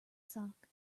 sock